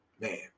Man